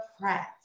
Pratt